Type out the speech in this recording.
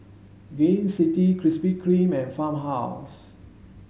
Gain City Krispy Kreme and Farmhouse